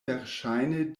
verŝajne